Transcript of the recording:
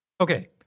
Okay